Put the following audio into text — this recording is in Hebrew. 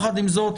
עם זאת,